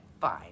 fine